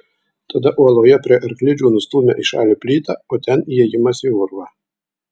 tada uoloje prie arklidžių nustūmė į šalį plytą o ten įėjimas į urvą